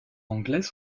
anglais